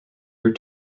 year